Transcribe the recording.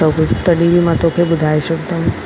तॾहिं बि मां तोखे ॿुधाए छॾींदमि